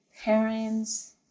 parents